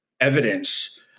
evidence